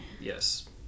Yes